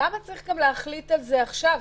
למה צריך להחליט על זה עכשיו?